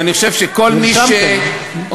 ואני חושב שכל מי שעושה,